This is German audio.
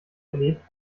erlebt